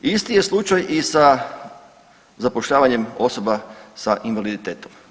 Isti je slučaj i sa zapošljavanjem osoba sa invaliditetom.